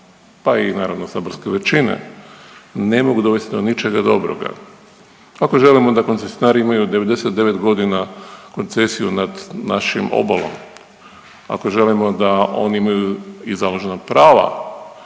pa i naravno saborske većine, ne mogu donijeti do ničega dobroga. Ako želimo da koncesionari imaju 99 godina koncesiju nad našom obalom, ako želimo da oni imaju i založna prava